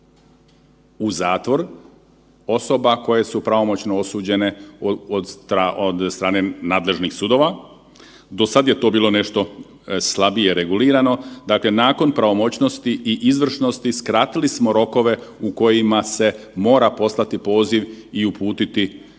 u zatvor osoba koje su pravomoćno osuđene od strane nadležnih sudova. Do sada je to bilo nešto slabije regulirano. Dakle, nakon pravomoćnosti i izvršnosti skratili smo rokove u kojima se mora poslati poziv i uputiti te